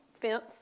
fence